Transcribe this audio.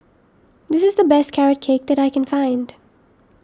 this is the best Carrot Cake that I can find